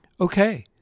okay